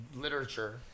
literature